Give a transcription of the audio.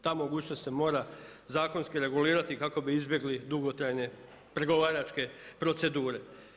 Ta mogućnost se mora zakonski regulirati kako bi izbjegli dugotrajne pregovaračke procedure.